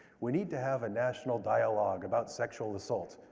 we need to have a national dialogue about sexual assault.